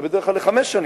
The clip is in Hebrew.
זה בדרך כלל לחמש שנים,